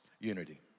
unity